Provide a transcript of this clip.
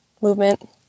movement